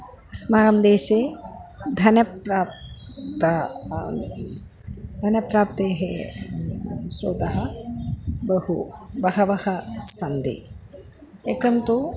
अस्माकं देशे धनप्राप्तिः धनप्राप्तेः श्रोतः बहु बहवः सन्ति एकं तु